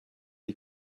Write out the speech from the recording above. die